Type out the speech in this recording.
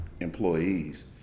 employees